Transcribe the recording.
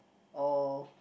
or